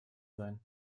sein